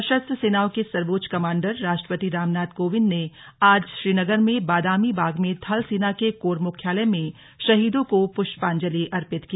सशस्त्र सेनाओं के सर्वोच्च कमांडर राष्ट्रपति रामनाथ कोविंद ने आज श्रीनगर में बादामी बाग में थल सेना के कोर मुख्यालय में शहीदों को पुष्पांजलि अर्पित की